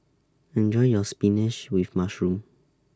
Enjoy your Spinach with Mushroom